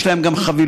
יש להם גם חבילות,